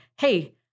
hey